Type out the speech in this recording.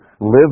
live